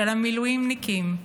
של המילואימניקים.